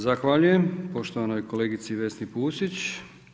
Zahvaljujem poštovanoj kolegici Vesni Pusić.